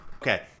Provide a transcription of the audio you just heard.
Okay